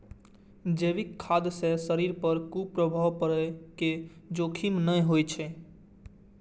जैविक खाद्य सं शरीर पर कुप्रभाव पड़ै के जोखिम नै होइ छै